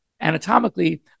anatomically